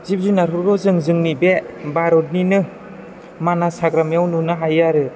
जिब जुनारफोरखौ जों जोंनि बे भारतनिनो मानास हाग्रामायाव नुनो हायो आरो